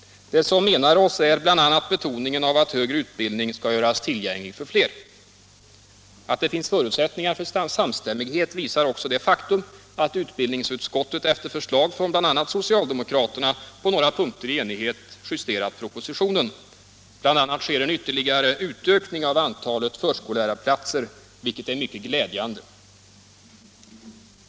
Det som enar oss är bl.a. betoningen av att högre utbildning skall göras tillgänglig för flera. Att det finns förutsättningar för samstämmighet visar också det faktum att utbildningsutskottet, efter förslag från bl.a. socialdemokraterna, på några punkter i enighet har justerat propositionen. BI. a. sker en ytterligare utökning av antalet förskollärarplatser, vilket är mycket glädjande.